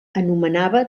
anomenava